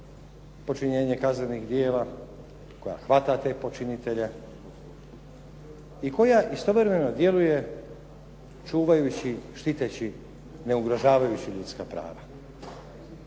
počinjenje kaznenih djela, koja hvata te počinitelje i koja istovremeno djeluje čuvajući, štiteći, neugrožavajući ljudska prava.